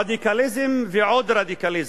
רדיקליזם ועוד רדיקליזם,